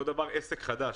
אותו דבר עסק חדש,